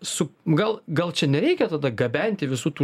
su gal gal čia nereikia tada gabenti visų tų